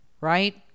right